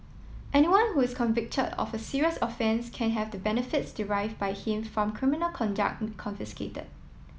anyone who is convicted of a serious offence can have the benefits derive by him from criminal conduct confiscated